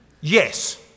Yes